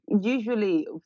Usually